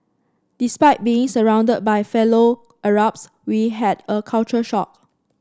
despite being surrounded by fellow Arabs we had a culture shock